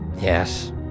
Yes